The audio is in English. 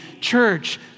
church